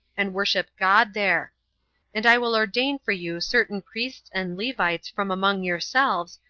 and worship god there and i will ordain for you certain priests and levites from among yourselves,